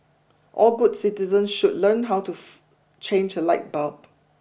all good citizens should learn how to change a light bulb